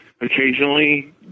occasionally